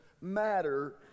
matter